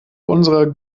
unserer